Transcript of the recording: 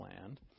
land